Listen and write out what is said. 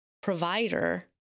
provider